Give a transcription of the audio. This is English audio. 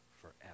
forever